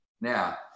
Now